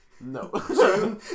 No